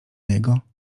niego